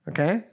Okay